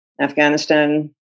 Afghanistan